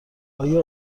آیا